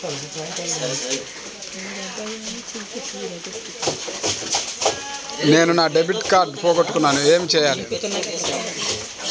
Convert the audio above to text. నేను నా debit card పోగొట్టుకున్నాను ఏమి చేయాలి?